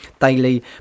daily